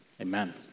Amen